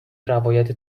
روایت